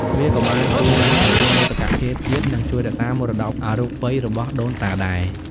វាក៏បានជួយលើកកម្ពស់មោទកភាពជាតិ និងជួយថែរក្សាមរតកអរូបីរបស់ដូនតាដែរ។